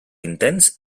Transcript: intens